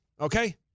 Okay